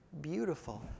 Beautiful